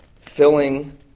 filling